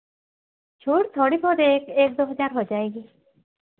छूट थोड़ी होगी एक एक दो हज़ार हो जाएगी